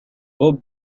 بوب